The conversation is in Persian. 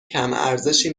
کمارزشی